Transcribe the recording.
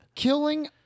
Killing